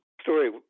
story